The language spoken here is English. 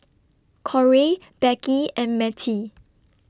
Korey Becky and Mettie